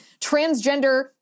transgender